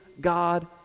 God